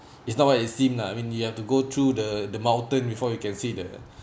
it's not what it seem lah I mean you have to go through the the mountain before you can see the